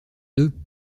deux